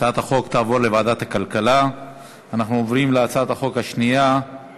ההצעה להעביר את הצעת חוק הדואר (תיקון מס'